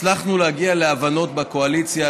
על כל הדברים הצלחנו להגיע להבנות בקואליציה.